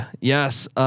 Yes